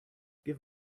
give